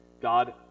God